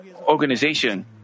organization